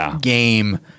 game